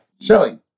shelly